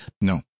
No